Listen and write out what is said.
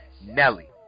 Nelly